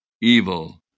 evil